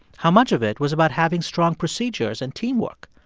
how much of it was about having strong procedures and teamwork?